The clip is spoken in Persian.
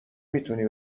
میتونی